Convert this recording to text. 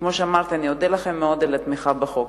כמו שאמרתי, אני אודה לכם מאוד על התמיכה בחוק.